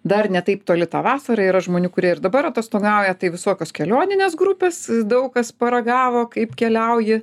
dar ne taip toli ta vasara yra žmonių kurie ir dabar atostogauja tai visokios kelioninės grupės daug kas paragavo kaip keliauji